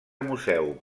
museu